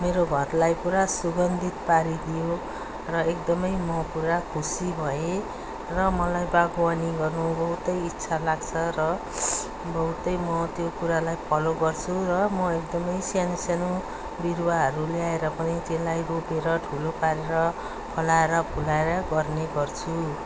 मेरो घरलाई पुरा सुगन्धित पारिदियो र एकदमै म पुरा खुशी भएँ र मलाई बागवानी गर्नु बहुतै इच्छा लाग्छ र बहुतै म त्यो कुरालाई फलो गर्छु र म एकदमै सानो सानो बिरुवाहरू ल्याएर पनि त्यसलाई रोपेर ठुलो पारेर फलाएर फुलाएर गर्ने गर्छु